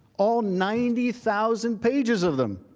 all ninety thousand pages of them,